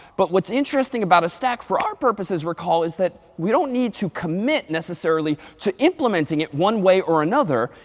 but what's interesting about a stack for our purposes recall is that we don't need to commit necessarily to implementing it one way or another.